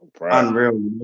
unreal